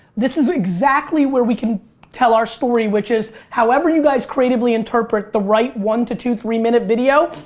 this is exactly where we can tell our story which is however you guys creatively interpret the right one to two, three minute video,